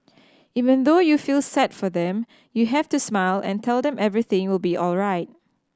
even though you feel sad for them you have to smile and tell them everything will be alright